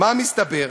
מה מסתבר?